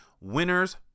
Winners